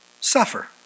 suffer